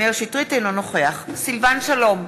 אינו נוכח סילבן שלום,